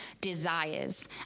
desires